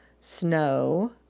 Snow